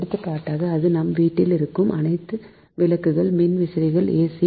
எடுத்துக்காட்டாக நமது வீட்டில் இருக்கும் அனைத்து விளக்குகள் மின்விசிறிகள் A